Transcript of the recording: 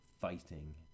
fighting